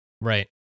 Right